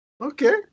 okay